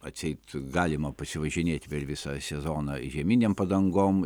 atseit galima pasivažinėt per visą sezoną žieminėm padangom